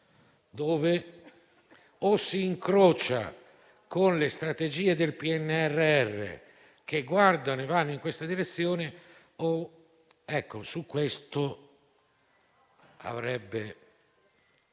che o si incrocia con le strategie del PNRR, che guardano e vanno in questa direzione, o su questo avrebbe